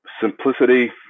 simplicity